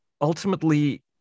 Ultimately